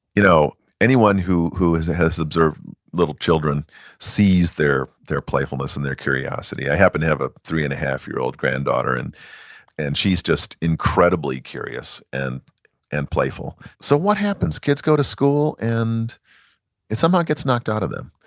you know anyone who who has has observed little children sees their their playfulness and their curiosity. i happen to have a three and a half year old granddaughter, and and she's just incredibly curious and and playful. so what happens? kids go to school and somehow it gets knocked out of them,